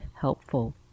helpful